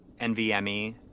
NVMe